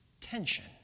tension